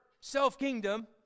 self-kingdom